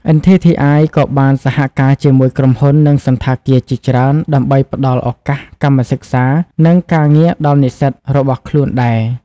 NTTI ក៏បានសហការជាមួយក្រុមហ៊ុន និងសណ្ឋាគារជាច្រើនដើម្បីផ្តល់ឱកាសកម្មសិក្សា និងការងារដល់និស្សិតរបស់ខ្លួនដែរ។